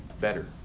better